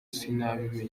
sinabimenya